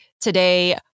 today